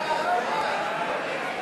סעיף 79,